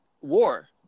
war